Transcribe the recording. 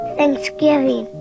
Thanksgiving